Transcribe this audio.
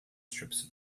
strips